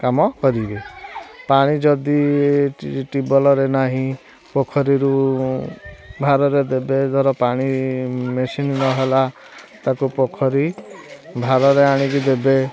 କାମ କରିବେ ପାଣି ଯଦି ଟ୍ୟୁବ୍ୱେଲ୍ରେ ନାହିଁ ପୋଖରୀରୁ ଭାରରେ ଦେବେ ଧର ପାଣି ମେସିନ୍ ନହେଲା ତାକୁ ପୋଖରୀ ଭାରରେ ଆଣିକି ଦେବେ